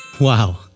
wow